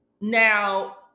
Now